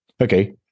Okay